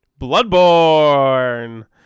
Bloodborne